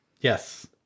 Yes